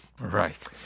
Right